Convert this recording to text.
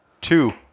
two